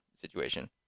situation